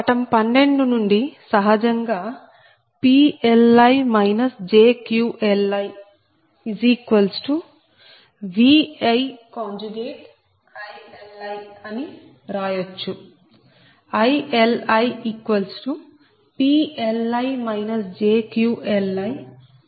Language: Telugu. పటం 12 నుండి సహజంగా PLi jQLiViILi అని రాయచ్చు ILiPLi jQLiVi